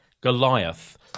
Goliath